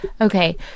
Okay